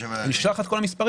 אני אשלח לך את כל המספרים.